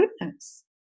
goodness